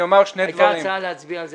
אני אומר שני דברים -- היתה הצעה להצביע על זה